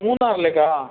മൂന്നാറിലേക്കാ